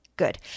Good